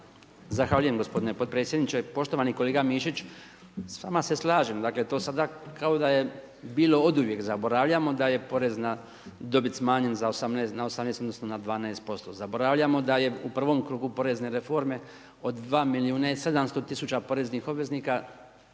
Zahvaljujem gospodine potpredsjedniče. Poštovani kolega Mišić, s vama se slažem, dakle to sada kao da je bilo oduvijek, zaboravljamo da je porezna dobit smanjena na 18 odnosno na 12%. Zaboravljamo da je u prvom krugu porezne reforme od 2 milijuna i 700 000 poreznih obveznika